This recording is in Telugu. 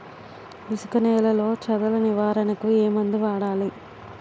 ఇసుక నేలలో చదల నివారణకు ఏ మందు వాడాలి?